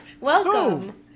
Welcome